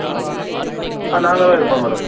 okay ஆ நாங்கள் தான் இருப்போம் மேடம்